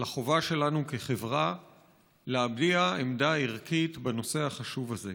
על החובה שלנו כחברה להביע עמדה ערכית בנושא החשוב הזה.